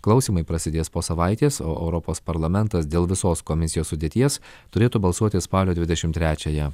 klausymai prasidės po savaitės o europos parlamentas dėl visos komisijos sudėties turėtų balsuoti spalio dvidešimt trečiąją